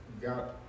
got